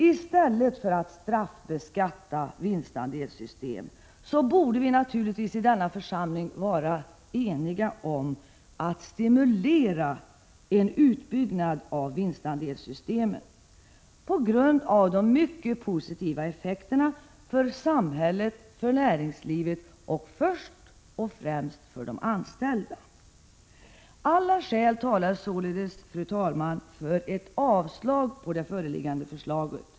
I stället för att straffbeskatta vinstandelar borde vi naturligtvis i denna församling vara eniga om att stimulera en utbyggnad av vinstandelssystemet på grund av de mycket positiva effekterna för samhället, för näringqlivet och först och främst för de anställda. Alla skäl talar således, fru talman, för ett avslag på det föreliggande förslaget.